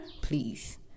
please